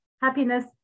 happiness